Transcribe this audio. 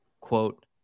quote